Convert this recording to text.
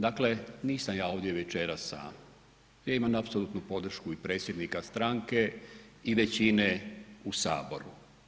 Dakle, nisam ja ovdje večeras sam, ja imam apsolutnu podršku i predsjednika stranke i većine u Saboru.